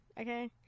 okay